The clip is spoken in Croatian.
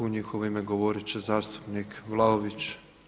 U njihovo ime govorit će zastupnik Vlaović.